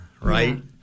right